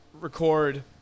record